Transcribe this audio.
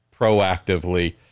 proactively